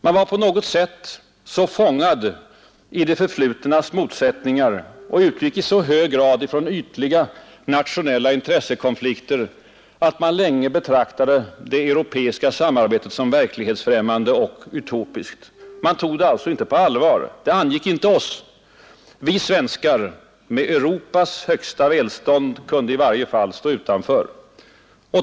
Man var på något sätt så fångad i det förflutnas motsättningar och utgick i så hög grad ifrån ytliga nationella intressekonflikter att man länge betraktade det europeiska samarbetet som verklighetsfrämmande och utopiskt. Man tog det inte på allvar. Det angick inte oss. Vi svenskar med Europas högsta välstånd kunde i varje fall stå utanför.